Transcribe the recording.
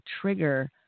trigger